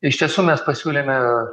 iš tiesų mes pasiūlėme